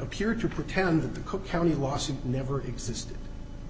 appeared to pretend that the cook county lawsuit never existed